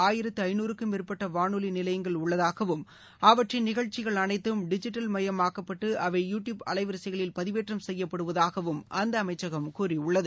ஆயிரத்து ஐநூறுக்கும் மேற்பட்ட வானொலி நிலையங்கள் உள்ளதாகவும் அவற்றின் நாட்டில் நிகழ்ச்சிகள் அனைத்தம் டிஜிட்டல் மயமாக்கப்பட்டு அவை யூ டியூப் அலைவரிசைகளில் பதிவேற்றம் செய்யப்படுவதாகவும் அந்த அமைச்சகம் கூறியுள்ளது